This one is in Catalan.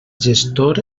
gestor